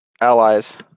allies